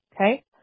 okay